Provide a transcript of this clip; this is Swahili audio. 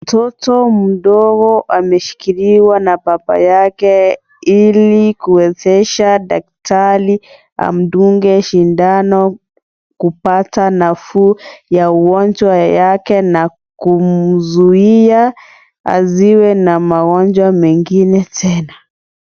Mtoto mdogo ameshikiliwa na baba yake ili kuwezesha daktari amdunge sindano kupata nafuu ya ugonjwa wake nakumzuia asiwe na magonjwa mengine tena.